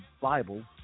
Bible